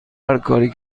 هرکاری